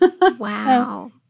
Wow